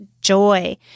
joy